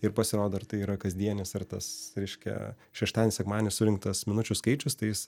ir pasirodo ar tai yra kasdienis ar tas reiškia šeštadienį sekmadienį surinktas minučių skaičius tai jis